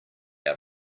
out